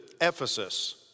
Ephesus